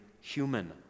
human